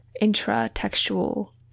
intra-textual